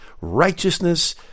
righteousness